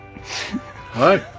Hi